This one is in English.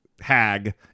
hag